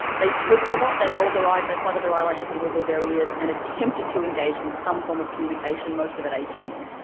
they squeak a lot, they rolled their eyes, they fluttered their eyelashes and wiggled their ears and attempted to engage in some form of communication, most of it atonal.